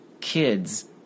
kids